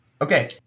Okay